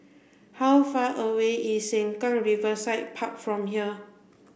how far away is Sengkang Riverside Park from here